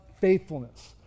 faithfulness